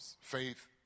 faith